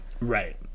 Right